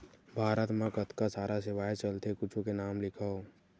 भारत मा कतका सारा सेवाएं चलथे कुछु के नाम लिखव?